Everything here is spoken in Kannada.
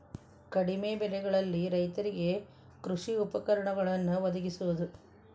ಕಡಿಮೆ ಬೆಲೆಯಲ್ಲಿ ರೈತರಿಗೆ ಕೃಷಿ ಉಪಕರಣಗಳನ್ನು ವದಗಿಸುವದು